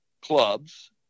clubs